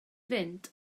fynd